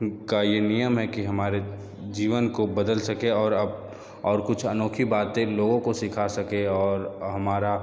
का यह नियम है कि हमारे जीवन को बदल सके और अब और कुछ अनोखी बातें लोगों को सीखा सके और हमारा